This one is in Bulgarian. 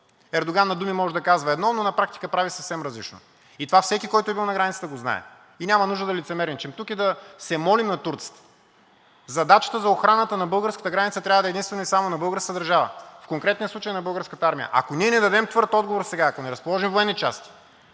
Ердоган на думи може да казва едно, но на практика прави съвсем различно. И това всеки, който е бил на границата, го знае и няма нужда да лицемерничим тук и да се молим на турците. Задачата за охраната на българската граница трябва да е единствено и само на българската държава, а в конкретния случай на Българската армия. Ако ние не дадем твърд отговор сега, ако не разположим военни части,